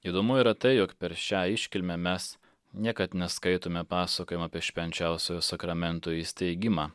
įdomu yra tai jog per šią iškilmę mes niekad neskaitome pasakojimo apie švenčiausiojo sakramento įsteigimą